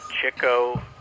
Chico